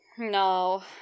No